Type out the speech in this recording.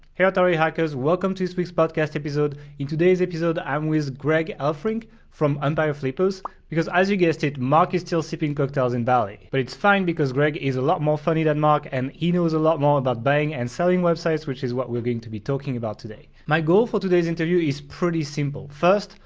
hey authority hackers. welcome to this week's podcast episode. in today's episode i'm with greg elfrink from empire flippers because, as you guessed it, mark is still sipping cocktails in bali. but it's fine because greg is a lot more funny than mark and he knows a lot more about buying and selling websites, which is what we're going to be talking about today. my goal for today's interview is pretty simple. first,